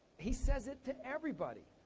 he says it to everybody.